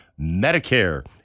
Medicare